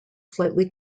slightly